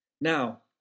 Now